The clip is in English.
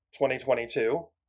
2022